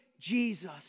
Jesus